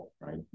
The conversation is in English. right